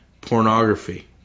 pornography